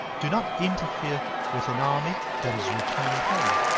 do not interfere with an army that is returning home.